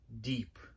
deep